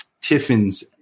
tiffins